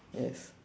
yes